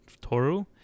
Toru